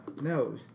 No